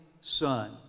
son